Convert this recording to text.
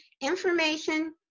information